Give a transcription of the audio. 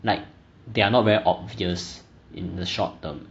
like they are not very obvious in the short term